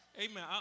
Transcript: amen